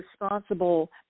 responsible